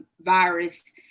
virus